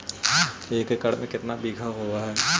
एक एकड़ में केतना बिघा होब हइ?